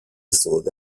صعود